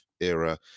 era